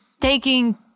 taking